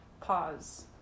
pause